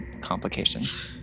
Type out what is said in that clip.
complications